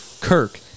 Kirk